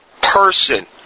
person